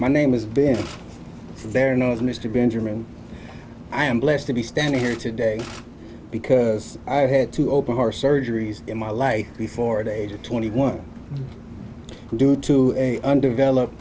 my name is been there and of mr benjamin i am blessed to be standing here today because i had two open heart surgeries in my life before at age twenty one due to undeveloped